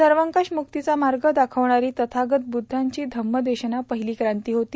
सर्वकष मुक्तीचा मार्ग दाखवणारी तथागत बुद्धाची धम्मदेशना पहिली क्रांती होती